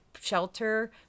shelter